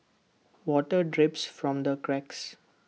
water drips from the cracks